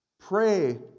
Pray